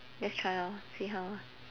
just try lor see how ah